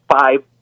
five